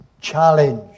challenge